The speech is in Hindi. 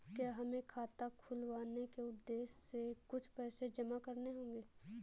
क्या हमें खाता खुलवाने के उद्देश्य से कुछ पैसे जमा करने होंगे?